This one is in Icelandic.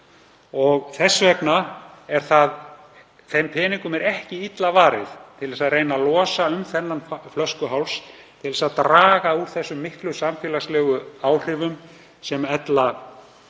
Þess vegna er þeim peningum er ekki illa varið til að reyna að losa um þennan flöskuháls til þess að draga úr þeim miklu samfélagslegu áhrifum sem ella verða.